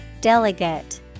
Delegate